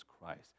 Christ